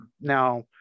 Now